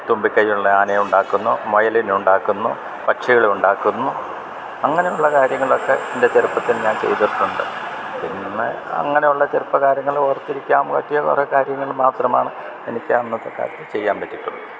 തുമ്പിക്കൈയ്യുള്ള ആനയെ ഉണ്ടാക്കുന്നു മുയലിനുണ്ടാക്കുന്നു പക്ഷികളെ ഉണ്ടാക്കുന്നു അങ്ങനെയുള്ള കാര്യങ്ങളൊക്കെ എൻ്റെ ചെറുപ്പത്തില് ഞാൻ ചെയ്തിട്ടുണ്ട് പിന്നെ അങ്ങനെ ഉള്ള ചെറുപ്പ കാര്യങ്ങൾ ഓർത്തിരിക്കാൻ പറ്റിയ കുറെ കാര്യങ്ങൾ മാത്രമാണ് എനിക്ക് അന്നത്തെ കാലത്ത് ചെയ്യാൻ പറ്റീട്ടുള്ളു